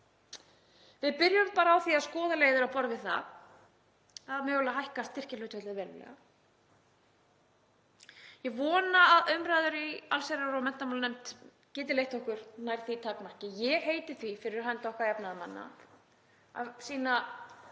Við byrjum bara á því að skoða leiðir á borð við það að hækka mögulega styrkjahlutfallið verulega. Ég vona að umræðan í allsherjar- og menntamálanefnd geti leitt okkur nær því takmarki. Ég heiti því fyrir hönd okkar jafnaðarmanna að sýna